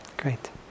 great